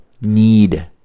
need